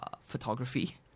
photography